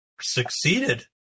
succeeded